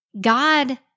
God